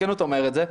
בכנות אומר את זה,